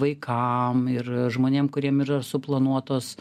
vaikam ir žmonėm kuriem yra suplanuotos